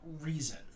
reason